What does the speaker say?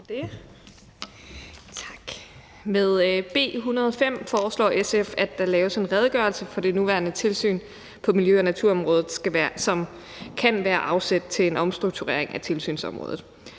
Med B 105 foreslår SF, at der laves en redegørelse for det nuværende tilsyn på miljø- og naturområdet, som kan være afsæt til en omstrukturering af tilsynsområdet.